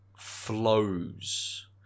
Flows